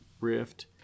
Rift